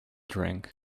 drink